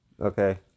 okay